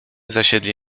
zasiedli